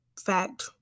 fact